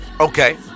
Okay